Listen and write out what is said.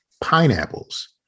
pineapples